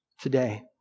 today